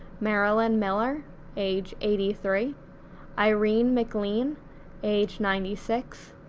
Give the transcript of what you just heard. marilyn miller age eighty three irene mclean age ninety six,